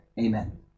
amen